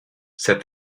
said